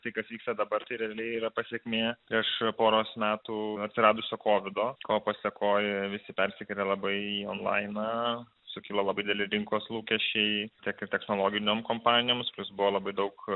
tai kas vyksta dabar tai realiai yra pasekmė iš poros metų atsiradusio kovido o pasėkoje visi persikėlė labai jau laime sukilo labai dideli rinkos lūkesčiai tiek technologinėms kompanijoms vis buvo labai daug